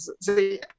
See